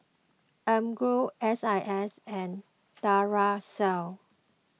Emborg S I S and Duracell